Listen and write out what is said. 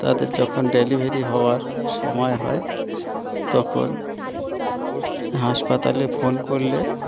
তাদের যখন ডেলিভারি হওয়ার সময় হয় তখন হাসপাতালে ফোন করলে